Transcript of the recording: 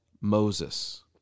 Moses